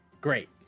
Great